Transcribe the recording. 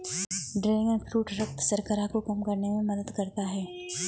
dragon fruit रक्त शर्करा को कम करने में मदद करता है